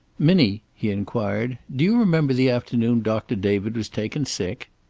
minnie, he inquired, do you remember the afternoon doctor david was taken sick?